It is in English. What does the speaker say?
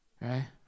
right